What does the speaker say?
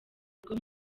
rwo